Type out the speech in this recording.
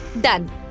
Done